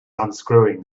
unscrewing